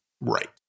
Right